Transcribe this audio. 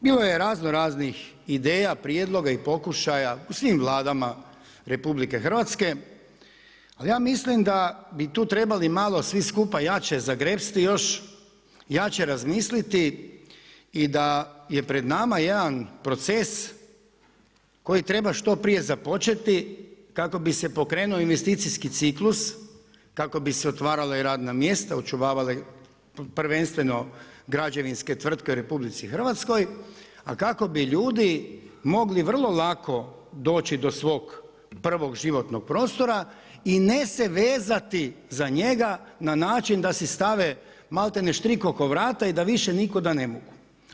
Bilo je razno raznih ideja, prijedloga i pokušaja u svim Vladama RH, ali ja mislim da bi tu trebali malo svi skupa jače zagrepsti još, jače razmisliti i da je pred nama jedan proces koji treba što prije započeti kako bi se pokrenuo investicijski ciklus, kako bi se otvarala i radna mjesta, očuvale prvenstveno građevinske tvrtke u RH, a kako bi ljudi mogli vrlo lako doći do svog prvog životnog prostora i ne se vezati za njega na način da si stave maltene štrik oko vrata i da više nikuda ne mogu.